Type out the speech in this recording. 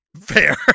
Fair